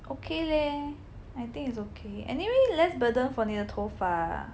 okay leh I think it's okay anyway less burden for 你的头发 ah